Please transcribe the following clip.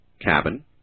cabin